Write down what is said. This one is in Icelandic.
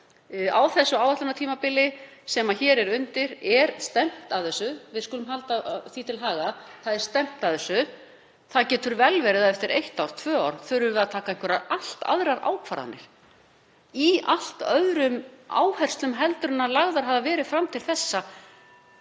Á því áætlunartímabili sem hér er undir er stefnt að þessu, við skulum halda því til haga. Það er stefnt að þessu. Það getur vel verið að eftir eitt ár, tvö ár, þurfum við að taka einhverjar allt aðrar ákvarðanir með allt öðrum áherslum en lagðar hafa verið fram til þessa.